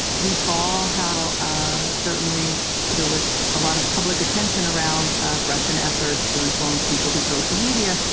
we saw how ah certainly there was a lot of public attention around russian efforts to influence people through social media,